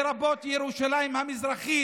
לרבות ירושלים המזרחית,